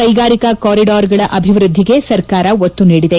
ಕೈಗಾರಿಕಾ ಕಾರಿಡಾರ್ಗಳ ಅಭಿವ್ಯದ್ಲಿಗೆ ಸರ್ಕಾರ ಒತ್ತು ನೀಡಿದೆ